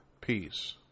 Peace